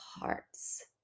hearts